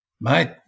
Mate